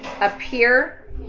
appear